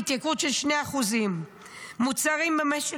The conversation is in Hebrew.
התייקרות של 2%. מוצרים במשק,